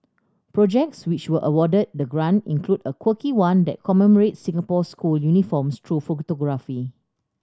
projects which were awarded the grant include a quirky one that commemorates Singapore's school uniforms through photography